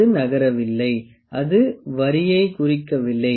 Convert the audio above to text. அது நகரவில்லை அது வரியைக் குறிக்கவில்லை